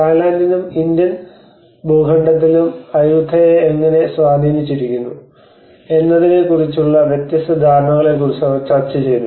തായ്ലൻഡിലും Indian ഭൂഖണ്ഡത്തിലും അയ്യൂതയെ എങ്ങനെ സ്ഥാനീകരിച്ചിരിക്കുന്നു എന്നതിനെക്കുറിച്ചുള്ള വ്യത്യസ്ത ധാരണകളെക്കുറിച്ച് അവർ ചർച്ചചെയ്തു